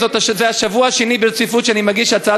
זה השבוע השני ברציפות שאני מגיש הצעה